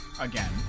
Again